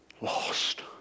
lost